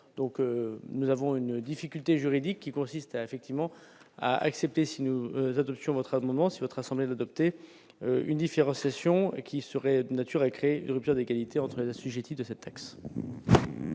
donc nous avons une difficulté juridique qui consiste effectivement à accepter si nous votre sur votre amendement si votre assemblée d'opter une différenciation qui serait de nature et créent une rupture d'égalité entre l'assujetti de cette taxe.